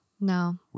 No